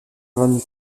von